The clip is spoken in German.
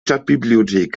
stadtbibliothek